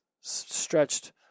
stretched